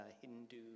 Hindu